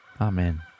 Amen